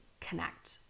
connect